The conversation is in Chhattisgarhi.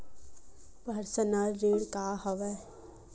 पर्सनल ऋण का हरय?